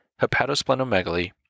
hepatosplenomegaly